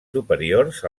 superiors